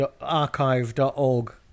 archive.org